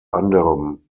anderem